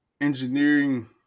engineering